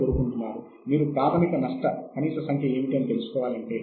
చనువు అంటే ఏమిటి అని మీరు తెలుసుకోవాలి